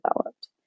developed